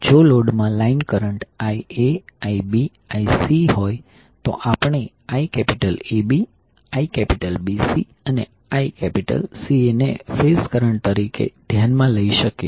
તેથી જો લોડમાં line current Ia Ib Ic હોય તો આપણે IAB IBC અને ICA ને ફેઝ કરંટ તરીકે ધ્યાનમાં લઈ શકીએ